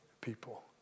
people